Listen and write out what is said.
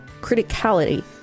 criticality